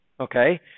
Okay